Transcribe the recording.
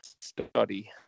study